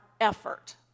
effort